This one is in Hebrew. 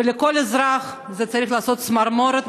ולכל אזרח זה צריך לעשות צמרמורת,